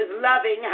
loving